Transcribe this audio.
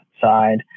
side